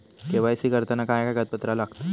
KYC करताना काय कागदपत्रा लागतत?